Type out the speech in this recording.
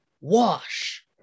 Wash